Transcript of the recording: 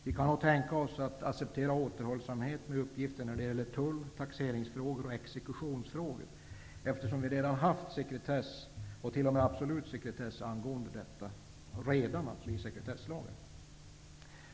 Vi kan tänka oss att acceptera återhållsamheten med uppgifter när det gäller tull-, taxerings och exekutionsfrågor, eftersom vi redan har haft sekretess, t.o.m. absolut sekretess, agående dessa frågor enligt sekretesslagen.